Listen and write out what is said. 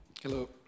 Hello